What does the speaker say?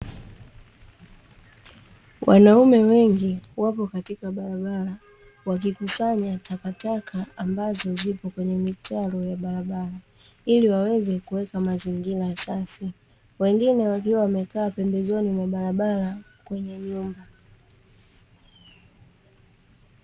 Wanaume wengi wapo katika barabara wakikusanya takataka ambazo zipo kwenye mitaro ya barabara, ili waweze kuweka mazingira safi. Wengine wakiwa wamekaa pembezoni mwa barabara kwenye nyumba.